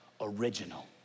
original